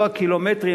לא הקילומטרים,